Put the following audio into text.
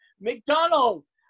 McDonald's